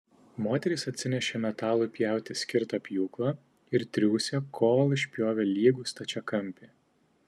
moterys atsinešė metalui pjauti skirtą pjūklą ir triūsė kol išpjovė lygų stačiakampį